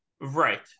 Right